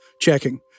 Checking